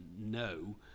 No